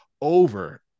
over